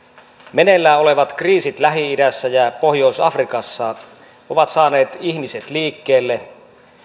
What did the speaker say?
meneillään olevat kriisit lähi idässä ja pohjois afrikassa ovat saaneet ihmiset liikkeelle